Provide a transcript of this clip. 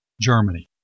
Germany